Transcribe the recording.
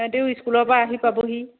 সিহঁতিও স্কুলৰপৰা আহি পাবহি